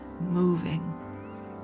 moving